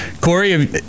Corey